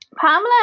Pamela